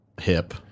hip